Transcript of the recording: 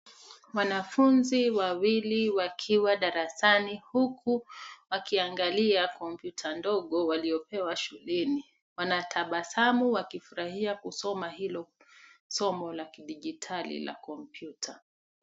Wanafunzi wawili wakiwa darasani huku wakiangalia kompyuta ndogo waliopewa shuleni. Wanatabasamu wakifurahia kusoma hilo somo la kidijitali la kompyuta.